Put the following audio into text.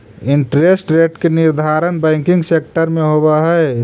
interest rate के निर्धारण banking sector में होवऽ हई